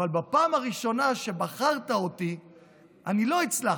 אבל בפעם הראשונה שבירכת אותי אני לא הצלחתי.